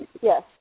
Yes